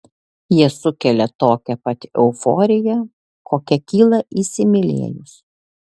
jie sukelia tokią pat euforiją kokia kyla įsimylėjus